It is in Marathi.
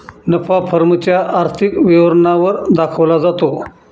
नफा फर्म च्या आर्थिक विवरणा वर दाखवला जातो